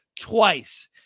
twice